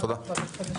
תודה.